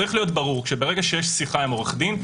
צריך להיות ברור - ברגע שיש שיחה עם עורך דין,